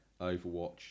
Overwatch